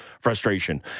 frustration